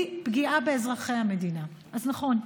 פגיעה באזרחי המדינה באופן מיידי, אז, נכון,